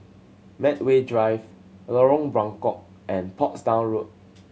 Medway Drive Lorong Buangkok and Portsdown Road